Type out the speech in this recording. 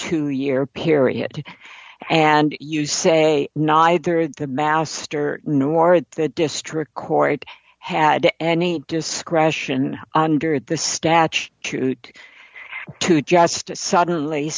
two year period and you say neither the master nor the district court had any discretion under the statute to just suddenly